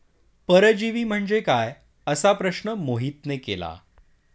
परजीवी म्हणजे काय? असा प्रश्न मोहितने केला